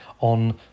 on